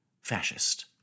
fascist